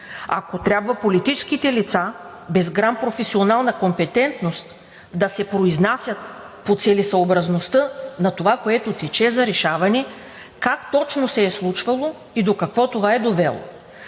Ако трябва политическите лица без грам професионална компетентност да се произнасят по целесъобразността на това, което тече за решаване, как точно се е случвало и до какво това е довело?